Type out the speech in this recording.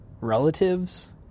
relatives